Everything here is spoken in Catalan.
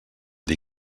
dir